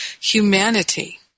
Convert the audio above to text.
humanity